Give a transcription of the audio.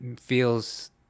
feels